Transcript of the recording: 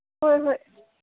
ꯍꯣꯏ ꯍꯣꯏ